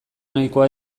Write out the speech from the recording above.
nahikoa